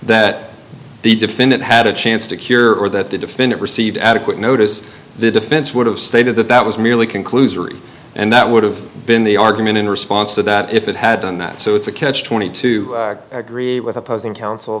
that the defendant had a chance to cure or that the defendant received adequate notice the defense would have stated that that was merely conclusory and that would've been the argument in response to that if it had done that so it's a catch twenty two agree with opposing counsel